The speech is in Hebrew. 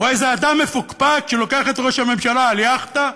או איזה אדם מפוקפק שלוקח את ראש הממשלה על יאכטה?